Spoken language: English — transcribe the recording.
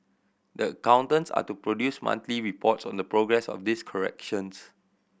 the accountants are to produce monthly reports on the progress of these corrections